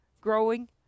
growing